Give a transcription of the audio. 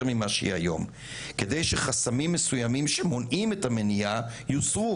ממה שהיא היום כדי שחסמים מסוימים שמונעים את המניעה יוסרו,